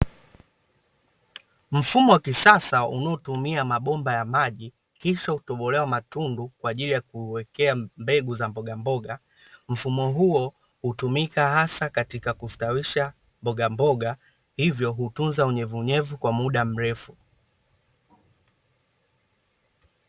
Mfumo wa kisasa unaotumia mabomba ya maji kisha hutobolewa matundu kwa ajili ya kuwekea mbegu za mbogamboga. Mfumo huo hutumika hasa katika kustawisha mbogamboga hivyo hutunza unyevunyevu kwa muda mrefu.